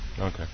Okay